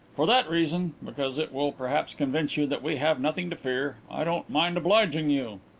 for that reason because it will perhaps convince you that we have nothing to fear i don't mind obliging you.